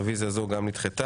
הרביזיה הזו נדחתה.